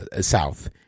south